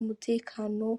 umutekano